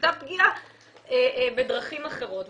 הייתה פגיעה בדרכים אחרות.